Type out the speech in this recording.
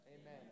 Amen